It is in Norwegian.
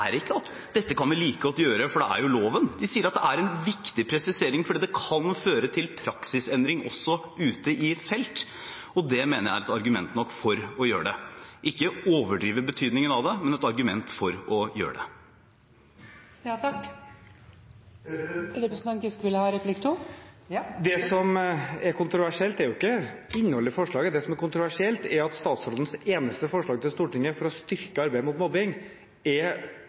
er ikke at dette kan vi like godt gjøre, for det er jo loven. De sier at det er en viktig presisering fordi det kan føre til praksisendring også ute i felt. Det mener jeg er et argument nok for å gjøre det – ikke overdrive betydningen av det, men det er et argument for å gjøre det. Det som er kontroversielt, er jo ikke innholdet i forslaget. Det som er kontroversielt, er at statsrådens eneste forslag til Stortinget for å styrke arbeidet mot mobbing er